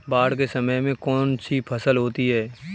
बाढ़ के समय में कौन सी फसल होती है?